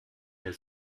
der